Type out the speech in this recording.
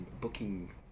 booking